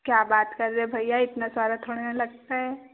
क्या बात कर रहे हो भैया इतना सारा थोड़ी न लगता है